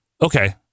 okay